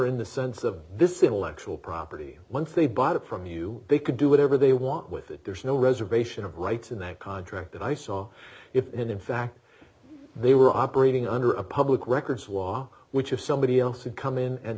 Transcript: in the sense of this intellectual property once they bought it from you they can do whatever they want with it there is no reservation of rights in that contract and i saw if in fact they were operating under a public records wa which if somebody else had come in and